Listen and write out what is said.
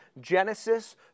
Genesis